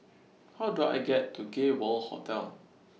How Do I get to Gay World Hotel